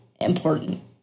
important